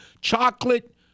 chocolate